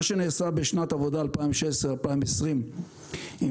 מה שנעשה בשנת עבודה 2016 עד 2020 עם